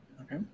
Okay